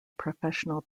professional